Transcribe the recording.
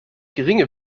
geringe